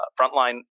frontline